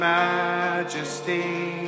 majesty